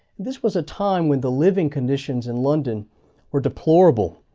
this was a time when the living conditions in london were deplorable.